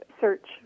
search